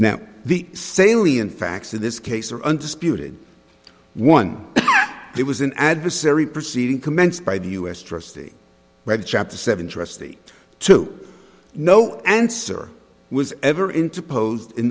now the salient facts in this case are under spirited one it was an adversary proceeding commenced by the us trustee read chapter seven trustee two no answer was ever interposed in